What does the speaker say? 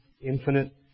infinite